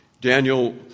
Daniel